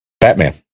Batman